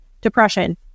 depression